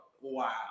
wow